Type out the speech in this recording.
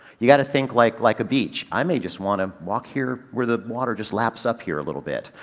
you gotta think like, like a beach. i may just wanna walk here where the water just laps up here a little bit.